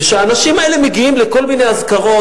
כשהאנשים האלה מגיעים לכל מיני אזכרות,